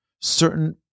certain